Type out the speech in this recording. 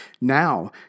Now